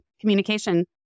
communication